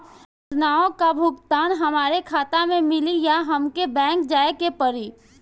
योजनाओ का भुगतान हमरे खाता में मिली या हमके बैंक जाये के पड़ी?